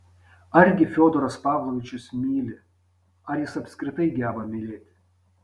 argi fiodoras pavlovičius myli ar jis apskritai geba mylėti